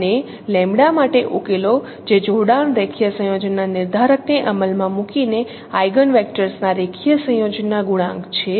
અને અને લેમ્બડા માટે ઉકેલો જે જોડાણ રેખીય સંયોજનના નિર્ધારકને અમલમાં મૂકીને આઇગન વેક્ટર્સ ના રેખીય સંયોજનના ગુણાંક છે